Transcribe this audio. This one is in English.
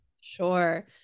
Sure